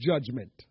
judgment